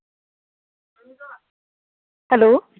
hello